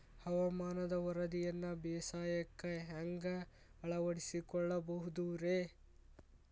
ಹವಾಮಾನದ ವರದಿಯನ್ನ ಬೇಸಾಯಕ್ಕ ಹ್ಯಾಂಗ ಅಳವಡಿಸಿಕೊಳ್ಳಬಹುದು ರೇ?